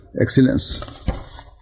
excellence